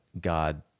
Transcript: God